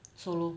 solo